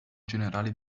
generali